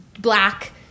black